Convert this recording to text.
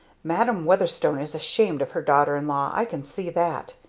madam weatherstone is ashamed of her daughter-in-law i can see that!